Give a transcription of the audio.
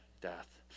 death